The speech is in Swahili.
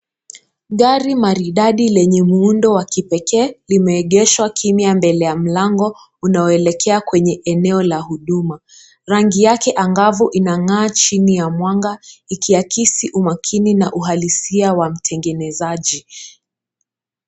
Gari maridadi lenye muundo wa kipekee, limeegeshwa kiyma mbele ya mlango unaoelekea kwenye eneo la huduma. Rangi yake angavu inang'aa chini ya mwanga, ikiakisi umakini na uhalisia wa mtengenezaji.